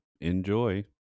Enjoy